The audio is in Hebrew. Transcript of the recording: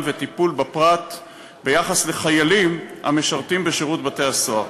וטיפול בפרט ביחס לחיילים המשרתים בשירות בתי-הסוהר.